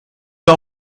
pas